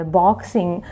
boxing